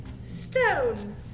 Stone